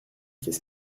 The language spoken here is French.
qu’est